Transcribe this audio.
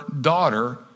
daughter